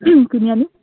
কিনি আনিম